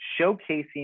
showcasing